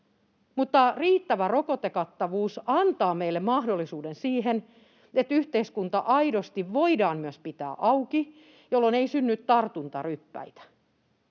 Mutta riittävä rokotekattavuus antaa meille mahdollisuuden siihen, että yhteiskunta aidosti voidaan myös pitää auki, jolloin ei synny tartuntaryppäitä.